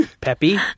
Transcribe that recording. Peppy